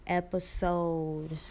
episode